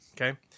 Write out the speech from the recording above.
Okay